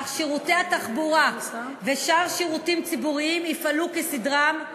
אך שירותי התחבורה ושאר שירותים ציבוריים יפעלו כסדרם.